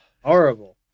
Horrible